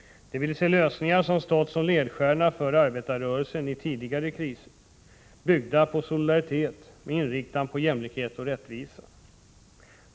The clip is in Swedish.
De ville se lösningar som stått som ledstjärna för arbetarrörelsen i tidigare kriser, byggda på solidaritet med inriktning på jämlikhet och rättvisa.